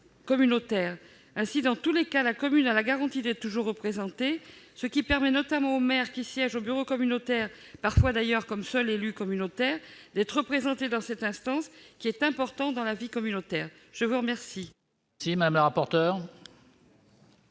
communautaire. Ainsi, dans tous les cas, la commune a la garantie d'être toujours représentée, ce qui permet notamment aux maires qui siègent au bureau communautaire, parfois d'ailleurs comme seul représentant de leur commune, d'être représentés dans cette instance qui est importante dans la vie communautaire. Quel est l'avis de la commission